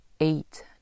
eight